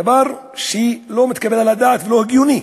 דבר שלא מתקבל על הדעת ולא הגיוני.